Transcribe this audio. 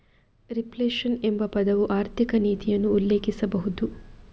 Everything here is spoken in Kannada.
ರಿಫ್ಲೇಶನ್ ಎಂಬ ಪದವು ಆರ್ಥಿಕ ನೀತಿಯನ್ನು ಉಲ್ಲೇಖಿಸಬಹುದು